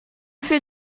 fais